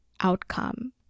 outcome